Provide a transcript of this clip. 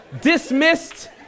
dismissed